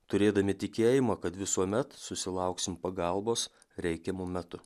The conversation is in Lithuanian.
turėdami tikėjimą kad visuomet susilauksim pagalbos reikiamu metu